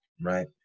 right